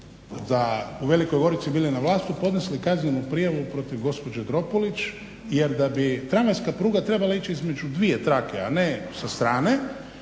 u Velikoj Gorici bili na vlasti podnesli kaznenu prijavu protiv gospođe Dropulić jer da bi tramvajska pruga trebala ići između dvije trake, a ne sa strane,